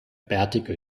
bärtige